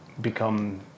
become